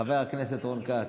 חבר הכנסת רון כץ,